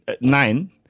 Nine